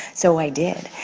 so i did,